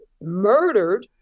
murdered